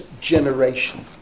generation